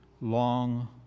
long